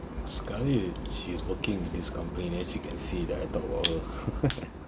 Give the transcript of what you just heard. sekali she is working in this company then she can see that I talk about her